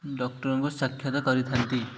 ଡକ୍ଟର୍ଙ୍କୁ ସାକ୍ଷତା କରିଥାନ୍ତି